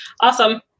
Awesome